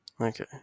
Okay